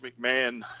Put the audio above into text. McMahon